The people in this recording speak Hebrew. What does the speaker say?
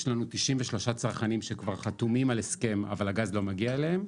יש לנו 93 צרכנים שכבר חתומים על הסכם אבל הגז לא מגיע אליהם,